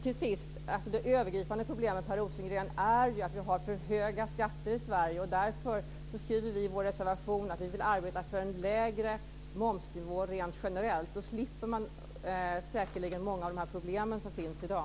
Till sist är det övergripande problemet ju att vi har för höga skatter i Sverige, och därför skriver vi i vår reservation att vi vill arbeta för en lägre momsnivå rent generellt. Då slipper man säkerligen många av de problem som finns i dag.